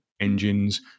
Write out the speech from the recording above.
engines